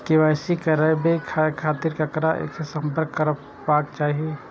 KYC कराबे के खातिर ककरा से संपर्क करबाक चाही?